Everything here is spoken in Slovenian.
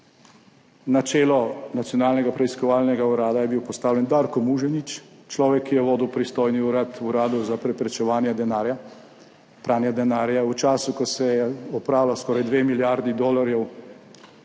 Na čelo Nacionalnega preiskovalnega urada je bil postavljen Darko Muženič, človek, ki je vodil pristojni urad v Uradu za preprečevanje pranja denarja v času, ko se je opralo skoraj dve milijardi dolarjev